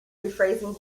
rephrasing